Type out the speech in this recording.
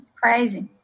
Crazy